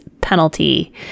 penalty